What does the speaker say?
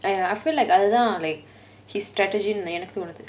i~ I feel like அதுதான்:athuthaan his strategy னு தோனுது:nu thonuthu